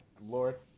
Lord